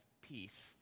peace